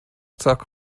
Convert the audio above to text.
zack